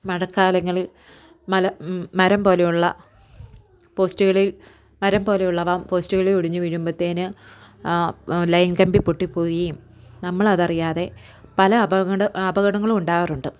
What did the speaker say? മഴക്കാലങ്ങളിൽ മല മരം പോലെയുള്ള പോസ്റ്റുകളിൽ മരം പോലെയുള്ളവ പോസ്റ്റുകളിൽ ഒടിഞ്ഞ് വീഴുമ്പത്തേന് ലൈൻ കമ്പി പൊട്ടിപോയിയും നമ്മളതറിയാതെ പല അപകട അപകടങ്ങളും ഉണ്ടാവാറുണ്ട്